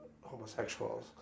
homosexuals